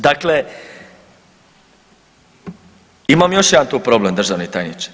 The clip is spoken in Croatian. Dakle, imam još jedan tu problem državni tajniče.